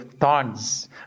thorns